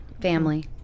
Family